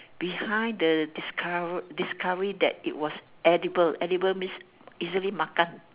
behind the discover~ discovery that it was edible edible means easily makan